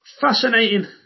Fascinating